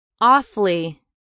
awfully